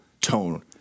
tone